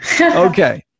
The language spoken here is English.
Okay